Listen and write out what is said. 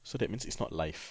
so that means it's not live